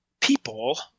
people